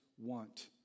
want